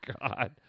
God